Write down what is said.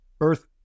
Earth